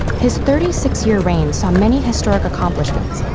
his thirty six year reign saw many historic accomplishments,